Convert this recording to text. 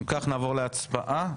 נעבור להצבעה.